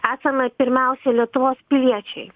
esame pirmiausia lietuvos piliečiai